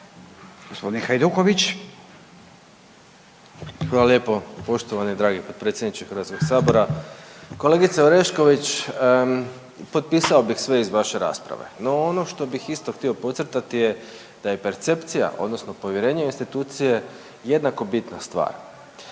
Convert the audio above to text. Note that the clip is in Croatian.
Domagoj (Nezavisni)** Hvala lijepo poštovani i dragi potpredsjedniče Hrvatskog sabora. Kolegice Orešković, potpisao bih sve iz vaše rasprave. No, ono što bih isto htio podcrtati je da je percepcija, odnosno povjerenje u institucije jednako bitna stvar.